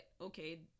okay